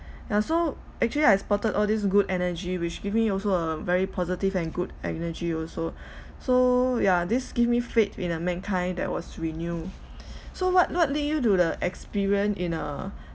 ya so actually I spotted all these good energy which give me also a very positive and good energy also so ya this give me faith in a mankind that was renew so what what lead you to the experience in uh